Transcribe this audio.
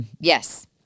Yes